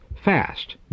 fast